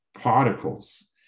particles